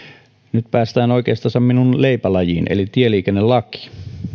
nyt päästään oikeastaan minun leipälajiini eli tieliikennelakiin